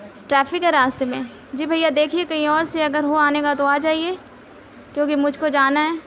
traffic ہے راستے میں جی بھیا دیکھیے کہیں اور سے اگر ہو آنے کا تو آ جائیے کیونکہ مجھ کو جانا ہے